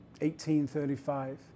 18:35